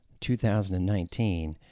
2019